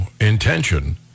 intention